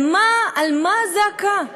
על מה הזעקה?